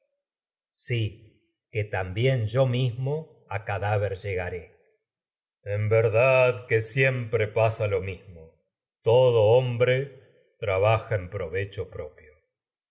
sí que también yo mismo a cadáver lle garé agamemnón en verdad todo hombre que siempre pasa lo mismo trabaja en provecho propio